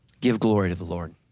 give glory to the lord,